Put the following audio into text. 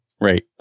Right